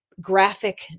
graphic